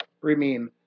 remain